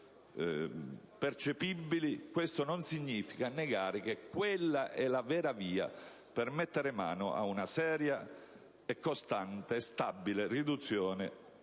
questo non significa negare che quella è la vera via per mettere mano ad una seria, costante, stabile riduzione